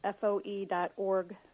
foe.org